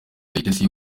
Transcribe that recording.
kayitesi